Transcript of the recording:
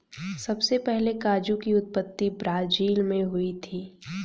सबसे पहले काजू की उत्पत्ति ब्राज़ील मैं हुई थी